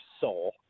soul